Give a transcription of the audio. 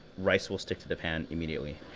rice will stick to the pan immediately.